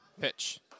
Pitch